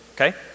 okay